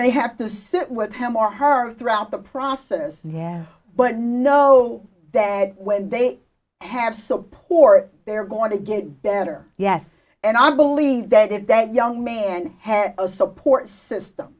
may have to sit with him or her throughout the process yes but know that when they have support they're going to get better yes and i believe that if that young man had a support system